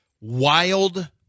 wild